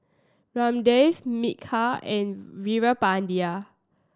Ramdev Milkha and Veerapandiya